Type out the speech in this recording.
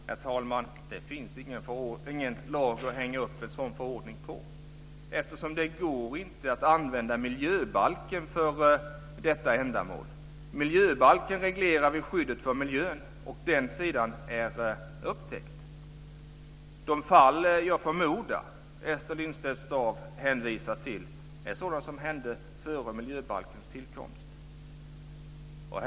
Herr talman! Herr talman! Det finns ingen lag att hänga upp en sådan förordning på, eftersom det inte går att använda miljöbalken för detta ändamål. I miljöbalken reglerar vi skyddet för miljön och den sidan är täckt. De fall som jag förmodar att Ester Lindstedt Staaf hänvisar till inträffade före miljöbalkens tillkomst.